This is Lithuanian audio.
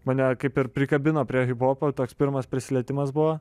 mane kaip ir prikabino prie hiphopo toks pirmas prisilietimas buvo